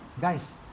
Guys